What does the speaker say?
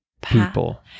people